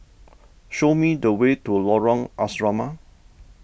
show me the way to Lorong Asrama